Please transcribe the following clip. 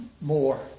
more